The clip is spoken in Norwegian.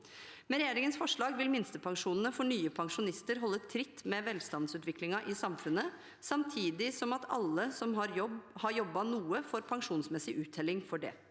Med regjeringens forslag vil minstepensjonene for nye pensjonister holde tritt med velstandsutviklingen i samfunnet, samtidig som alle som har jobbet noe, får pensjonsmessig uttelling for det.